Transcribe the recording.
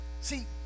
See